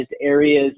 areas